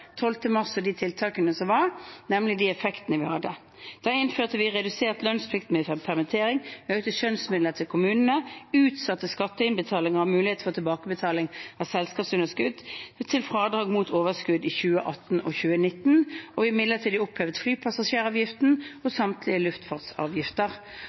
de tiltakene som var, nemlig de effektene vi hadde. Da innførte vi redusert lønnsplikt ved permittering, vi økte skjønnsmidlene til kommunene, vi utsatte skatteinnbetaling og ga mulighet for tilbakebetaling av selskapsunderskudd til fradrag mot overskudd i 2018 og 2019, og vi opphevde midlertidig flypassasjeravgiften og